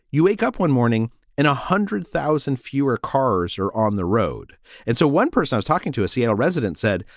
you wake up one morning and one hundred thousand fewer cars are on the road. and so one person was talking to a seattle resident said,